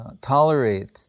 tolerate